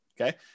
Okay